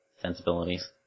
sensibilities